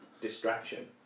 distraction